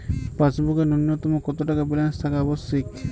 পাসবুকে ন্যুনতম কত টাকা ব্যালেন্স থাকা আবশ্যিক?